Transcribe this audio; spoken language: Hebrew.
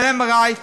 על MRI,